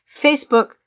Facebook